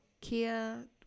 Kia